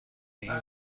این